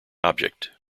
object